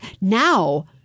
Now